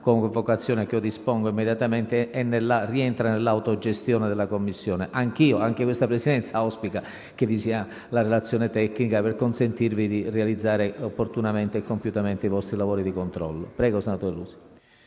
convocazione che dispongo immediatamente, ma rientra nell'autogestione della Commissione. Anche questa Presidenza auspica che vi sia la relazione tecnica per consentirvi di realizzare opportunamente e compiutamente i vostri lavori di controllo.